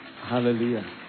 Hallelujah